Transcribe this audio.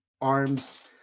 arms